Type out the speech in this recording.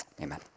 amen